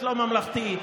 כי אפשר להיות לא ממלכתי,